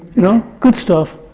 you know? good stuff,